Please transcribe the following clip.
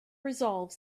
resolve